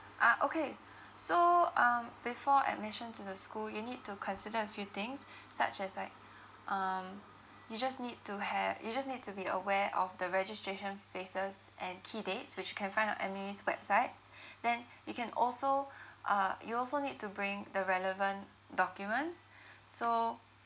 ah okay so um before admission to the school you need to consider a few things such as like um you just need to ha~ you just need to be aware of the registration phases and key dates which you can find on M_O_E's website then you can also uh you also need to bring the relevant documents so